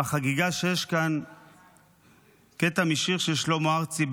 החגיגה שיש כאן קטע משיר של שלמה ארצי,